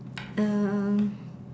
um